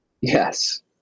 Yes